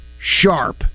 sharp